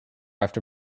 after